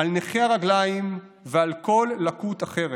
ועל נכה הרגליים, ועל כל לקות אחרת,